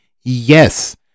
Yes